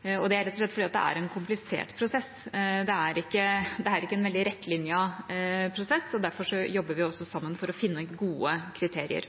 Det er rett og slett fordi det er en komplisert prosess, det er ikke en veldig rettlinjet prosess, derfor jobber vi også sammen for å finne gode kriterier.